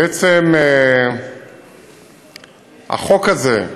בעצם החוק הזה,